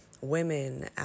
women